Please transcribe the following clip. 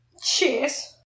Cheers